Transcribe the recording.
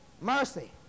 Mercy